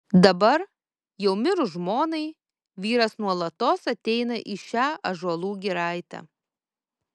dabar jau mirus žmonai vyras nuolatos ateina į šią ąžuolų giraitę